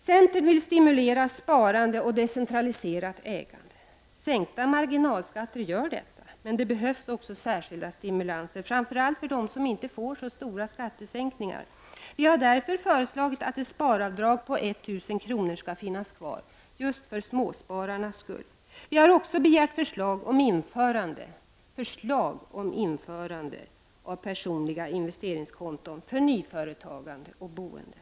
Centern vill stimulera sparande och decentraliserat ägande. Sänkta marginalskatter bidrar till detta, men det behövs också särskilda stimulanser, framför allt för dem som inte får så stora skattesänkningar, Vi har därför föreslagit att ett sparavdrag på 1 000 kr. skall finnas kvar just för småspararnas skull. Vi har också begärt förslag om införande av personliga investeringskonton för nyföretagande och boende.